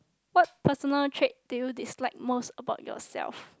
what personal trait do you dislike most about yourself